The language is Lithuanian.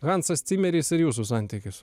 hansas cimeris ir jūsų santykis